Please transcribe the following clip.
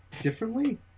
differently